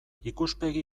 ikuspegi